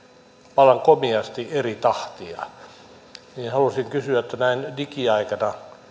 vallan komiasti eri tahtia haluaisin kysyä kun näin digiaikana